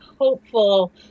hopeful